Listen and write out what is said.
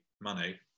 money